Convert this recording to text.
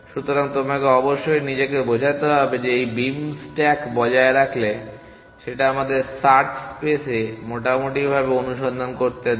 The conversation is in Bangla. সুতরাং তোমাকে অবশ্যই নিজেকে বোঝাতে হবে যে এই বিম স্ট্যাক বজায় রাখলে সেটা আমাদের সার্চ স্পেসে সম্পূর্ণভাবে অনুসন্ধান করতে দেয়